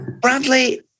Bradley